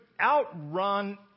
outrun